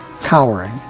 cowering